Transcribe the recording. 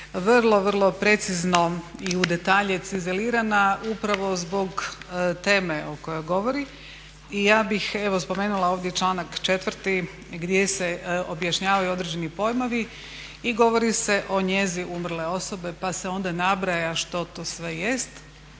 vrlo, vrlo precizno i u detalje …/Govornica se ne razumije./… upravo zbog teme o kojoj govori. Ja bih evo spomenula ovdje članak 4. gdje se objašnjavaju određeni pojmovi i govori se o njezi umrle osobe pa se onda nabraja što to sve jest,